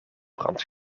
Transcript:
brand